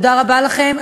תודה רבה לכם.